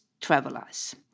travelers